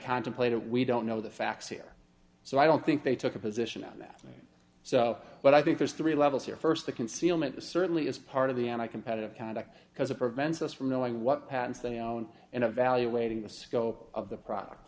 contemplated we don't know the facts here so i don't think they took a position on that so but i think there's three levels here st the concealment certainly is part of the anti competitive conduct because it prevents us from knowing what patents they own and evaluating the scope of the product